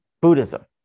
Buddhism